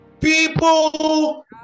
People